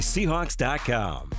Seahawks.com